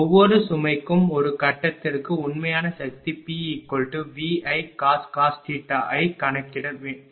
ஒவ்வொரு சுமைக்கும் ஒரு கட்டத்திற்கு உண்மையான சக்தி PVIcos ஐ கணக்கிட முடியும்